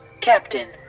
Captain